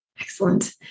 Excellent